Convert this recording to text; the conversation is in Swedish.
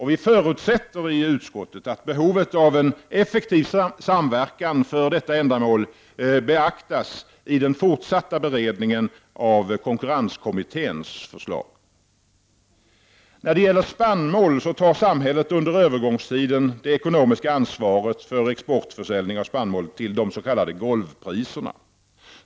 Vi i utskottet förutsätter att behovet av en effektiv samverkan för detta ändamål beaktas i den fortsatta beredningen av konkurrenskommitténs förslag. När det gäller spannmål tar samhället under övergångstiden det ekonomiska ansvaret för exportförsäljning av spannmål till de s.k. golvpriserna.